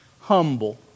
humble